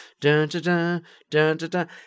dun-dun-dun-dun-dun